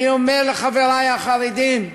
אני אומר לחברי החרדים: